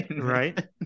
right